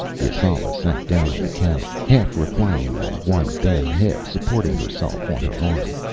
yasala sank down on the couch, half reclining on one bare hip, supporting herself on her arm,